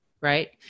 right